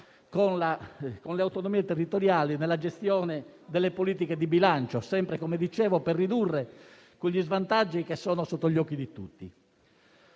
con le autonomie territoriali nella gestione delle politiche di bilancio, sempre per ridurre quegli svantaggi che sono sotto gli occhi di tutti.